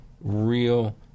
real